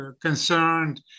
concerned